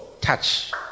Touch